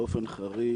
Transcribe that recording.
באופן חריג,